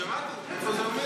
שמעתי, אבל איפה זה עומד?